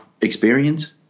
experience